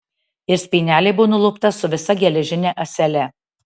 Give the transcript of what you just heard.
ir spynelė buvo nulupta su visa geležine ąsele